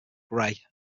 grey